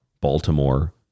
Baltimore